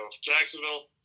Jacksonville